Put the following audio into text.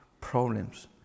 problems